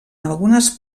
algunes